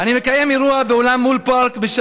אני מקיים אירוע באולם מול הפארק ברעננה,